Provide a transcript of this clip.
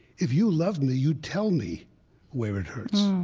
if you loved me, you'd tell me where it hurts